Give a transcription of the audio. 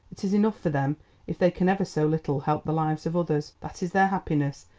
it is enough for them if they can ever so little help the lives of others. that is their happiness,